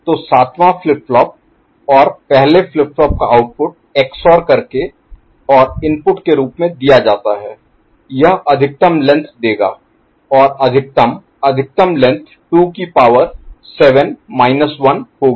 तो सातवां flip flop और पहले फ्लिप फ्लॉप का आउटपुट XOR करके इनपुट के रूप में दिया जाता है यह अधिकतम लेंथ देगा और अधिकतम अधिकतम लेंथ 2 की पावर 7 माइनस 1 होगी